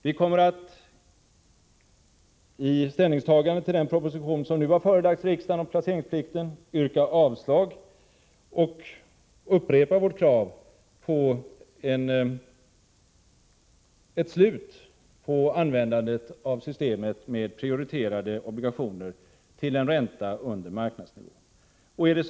Vi kommer i vårt ställningstagande till den proposition som nu har förelagts riksdagen om placeringsplikten att yrka avslag på denna och upprepa vårt krav på ett slut på användandet av systemet med prioriterade obligationer till en ränta under marknadsnivå.